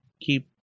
Keep